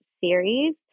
series